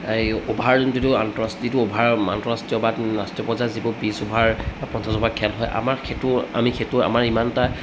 এই অভাৰঅল যিটো আন্তঃৰাষ্ট্ৰীয় যিটো অভাৰ আন্তঃৰাষ্ট্ৰীয় বা ৰাষ্ট্ৰীয় পৰ্যায়ত যিবোৰ বিছ অভাৰ পঞ্চাছ অভাৰ খেল হয় আমাৰ সেইটো আমি সেইটো আমাৰ ইমান এটা